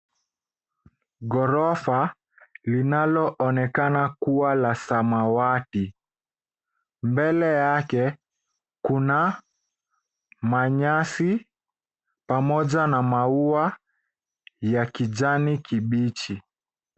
Ghorofa, linalo onekana kuwa la samawati. Mbele yake kuna nyasi pamoja na maua ya kijani kibichi.